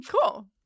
Cool